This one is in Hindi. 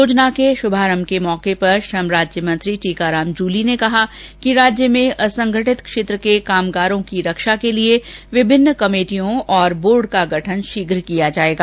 योजना के शुभारंभ के मौके पर श्रम राज्यमंत्री टीकाराम जूली ने कहा है कि राज्य में असंगठित क्षेत्र के कामगारों की रक्षा के लिए विभिन्न कमेटियों बोर्ड का गठन शीघ्र किया जाएगा